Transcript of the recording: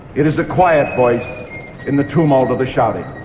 it is a quiet voice in the tumult of the shouting.